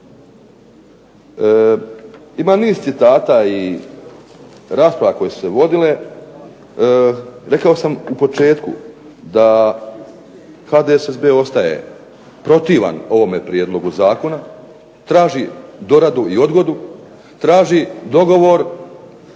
Ima niz citata i rasprava koje su se vodile. Rekao sam u početku da HDSSB ostaje protivan ovome prijedlogu zakona, traži doradu i odgodu, traži dogovor